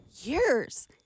years